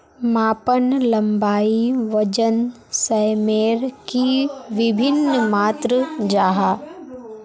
मापन लंबाई वजन सयमेर की वि भिन्न मात्र जाहा?